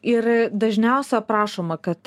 ir dažniausio prašoma kad